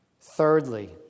Thirdly